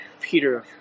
Peter